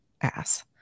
ass